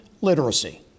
literacy